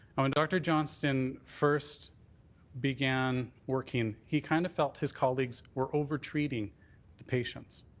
and when dr. johnston first began working, he kind of felt his colleagues were overtreating the patients.